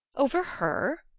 over her?